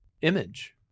image